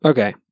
Okay